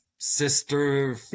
Sister